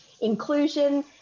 inclusion